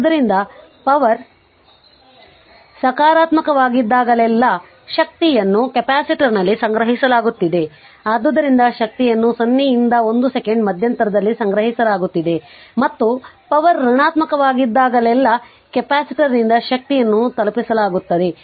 ಆದ್ದರಿಂದ ಪವರ್ ಸಕಾರಾತ್ಮಕವಾಗಿದ್ದಾಗಲೆಲ್ಲಾ ಶಕ್ತಿಯನ್ನು ಕೆಪಾಸಿಟರ್ನಲ್ಲಿ ಸಂಗ್ರಹಿಸಲಾಗುತ್ತಿದೆ ಆದ್ದರಿಂದ ಶಕ್ತಿಯನ್ನು 0 ರಿಂದ 1 ಸೆಕೆಂಡ್ ಮಧ್ಯಂತರದಲ್ಲಿ ಸಂಗ್ರಹಿಸಲಾಗುತ್ತಿದೆ ಮತ್ತು ಪವರ್ ಋಣಾತ್ಮಕವಾಗಿದ್ದಾಗಲೆಲ್ಲಾ ಕೆಪಾಸಿಟರ್ನಿಂದ ಶಕ್ತಿಯನ್ನು ತಲುಪಿಸಲಾಗುತ್ತದೆ